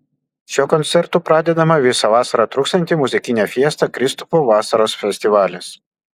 šiuo koncertu pradedama visą vasarą truksianti muzikinė fiesta kristupo vasaros festivalis